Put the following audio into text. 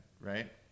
right